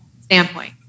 standpoint